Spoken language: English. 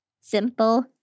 Simple